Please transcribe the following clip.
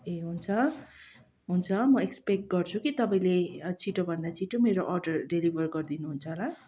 ए हुन्छ हुन्छ म एक्सपेक्ट गर्छु कि तपैले छिटोभन्दा छिटो मेरो अर्डर डेलिभर गरिदिनु हुन्छ होला